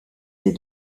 ses